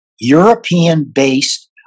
European-based